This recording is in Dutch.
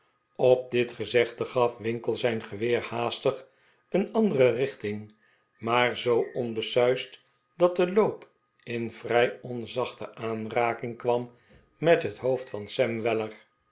op dit gezegde gaf winkle zijn geweer haastig een andere richting maar zoo onbesuisd dat de loop in vrij onzachte aanraking kwam met het hoofd van sam weller